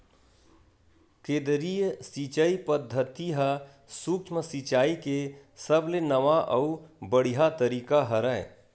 केदरीय सिचई पद्यति ह सुक्ष्म सिचाई के सबले नवा अउ बड़िहा तरीका हरय